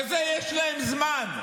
לזה יש להם זמן.